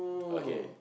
okay